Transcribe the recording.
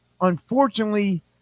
unfortunately